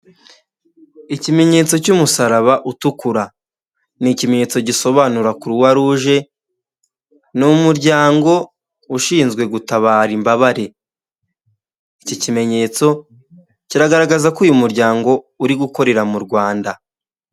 Ikimenyetso cy'umusaraba utukura ni ikimenyetso gisobanura croix rouge ni umuryango ushinzwe gutabara imbabare ,iki kimenyetso kiragaragaza ko uyu muryango uri gukorera mu rwanda.